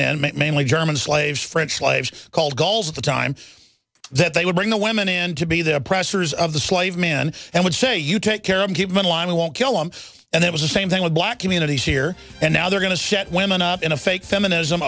made mainly german slaves french slaves called goals at the time that they would bring the women in to be the oppressors of the slave men and would say you take care and keep in line we won't kill them and it was the same thing with black communities here and now they're going to set women up in a fake feminism